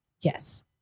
Yes